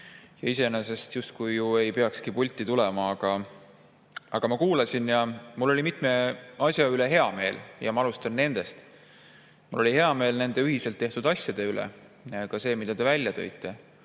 Iseenesest ma justkui ei oleks pidanudki pulti tulema, aga ma kuulasin ja mul oli mitme asja üle hea meel ja ma alustan nendest. Mul oli hea meel nende ühiselt tehtud asjade üle. Ka selle üle, mida te välja tõite.